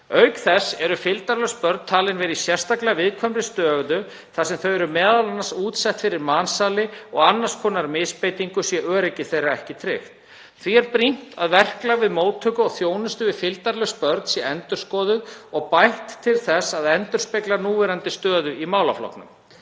Auk þess eru fylgdarlaus börn talin vera í sérstaklega viðkvæmri stöðu þar sem þau eru m.a. útsett fyrir mansali og annars konar misbeitingu sé öryggi þeirra ekki tryggt. Því er brýnt að verklag við móttöku og þjónustu við fylgdarlaus börn sé endurskoðað og bætt til þess að endurspegla núverandi stöðu í málaflokknum.